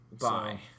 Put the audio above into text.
Bye